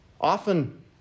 Often